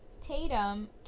Tatum